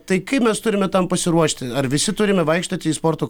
tai kaip mes turime tam pasiruošti ar visi turime vaikštoti į sporto